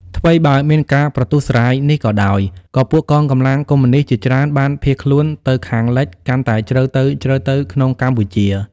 ថ្វីបើមានការប្រទូសរ៉ាយនេះក៏ដោយ ក៏ពួកកងកម្លាំងកុម្មុយនិស្តជាច្រើនបានភៀសខ្លួន ទៅខាងលិចកាន់តែជ្រៅទៅៗក្នុងកម្ពុជា។